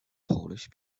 polish